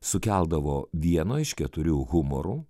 sukeldavo vieno iš keturių humorų